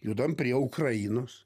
judam prie ukrainos